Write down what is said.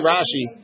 Rashi